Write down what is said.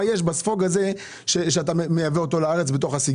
יש בספוג הזה בתוך הסיגריה שאתה מייבא לארץ.